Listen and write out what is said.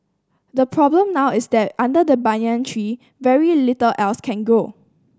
the problem now is that under the banyan tree very little else can grow